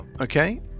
okay